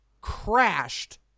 crashed